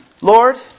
Lord